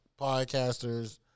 podcasters